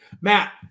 Matt